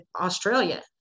Australia